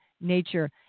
nature